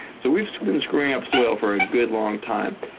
so we've been screwing up soil for a good long time,